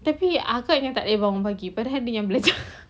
tapi kakak yang tak boleh bangun pagi padahal dia yang belajar